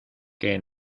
que